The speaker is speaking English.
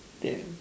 damn